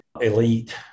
elite